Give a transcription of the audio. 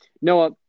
Noah